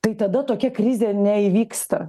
tai tada tokia krizė neįvyksta